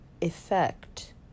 effect